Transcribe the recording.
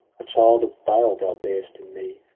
a child of bale thou bar'st in me!